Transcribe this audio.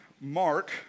Mark